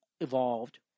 evolved